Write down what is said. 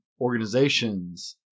organizations